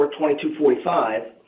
2245